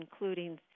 including